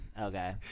Okay